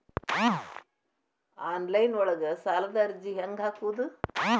Online ಒಳಗ ಸಾಲದ ಅರ್ಜಿ ಹೆಂಗ್ ಹಾಕುವುದು?